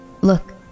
Look